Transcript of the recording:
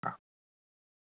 অহ